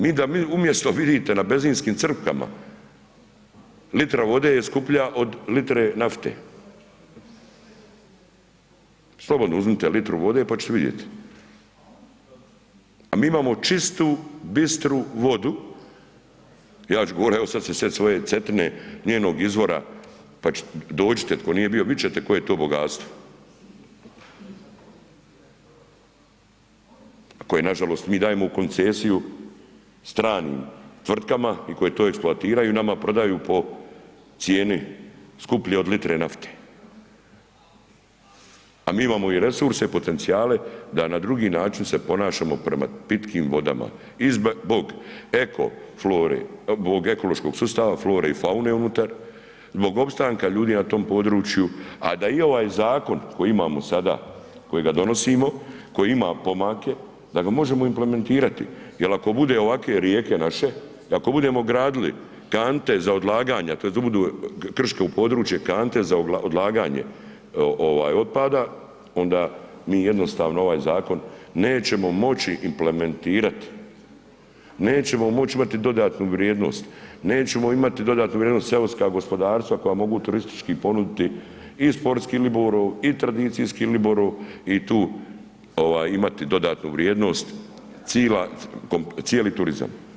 Mi da umjesto da vidite na benzinskim crpkama, litra vode je skuplja od litre nafte, slobodno uzmite litru vode pa ćete vidjeti, a mi imamo čistu, bistru vodu, ja ću govorit, evo sad ću se sjetit svoje Cetine, njenog izvora pa ću, dođite tko nije bio vidit ćete koje je to bogatstvo, koje nažalost mi dajemo u koncesiju stranim tvrtkama i koje to eksploatiraju i nama prodaju po cijeni skuplje od litre nafte, a mi imamo i resurse i potencijale da na drugi način se ponašamo prema pitkim vodama i zbog eko flore, zbog ekološkog sustava flore i faune unutar, zbog opstanka ljudi na tom području, a da i ovaj zakon koji imamo sada kojega donosimo, koji ima pomake da ga možemo implementirati jel ako bude ovake rijeke naše i ako budemo gradili kante za odlaganja tj. da budu krško područje kante za odlaganje ovaj otpada onda mi jednostavno ovaj zakon nećemo moći implementirati, nećemo moći imati dodatnu vrijednost, nećemo imamo dodatnu vrijednost seoska gospodarstva koja mogu turistički ponuditi i sportski ribolov i tradicijski ribolov i tu imati ovaj dodatnu vrijednost, cila, cijeli turizam.